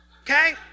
Okay